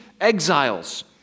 exiles